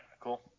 cool